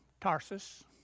Tarsus